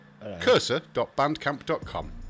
cursor.bandcamp.com